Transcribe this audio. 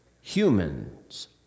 humans